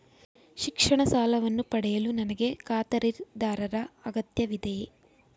ಶಿಕ್ಷಣ ಸಾಲವನ್ನು ಪಡೆಯಲು ನನಗೆ ಖಾತರಿದಾರರ ಅಗತ್ಯವಿದೆಯೇ?